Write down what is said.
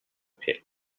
pit